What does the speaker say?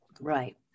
Right